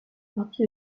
partie